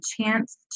chance